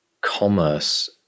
commerce